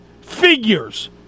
figures